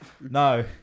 no